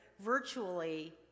virtually